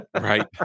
right